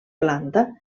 planta